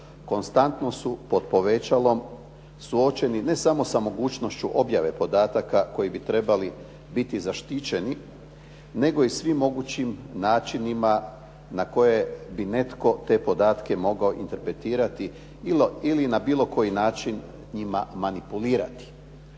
konstantno su pod povećalom suočeni ne samo sa mogućnošću objave podataka koji bi trebali biti zaštićeni, nego i svim mogućim načinima na koje bi netko te podatke mogao interpretirati ili na bilo koji način njima manipulirati.